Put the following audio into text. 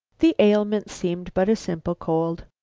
the ailment seemed but a simple cold.